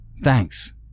Thanks